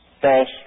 false